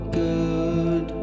good